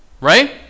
right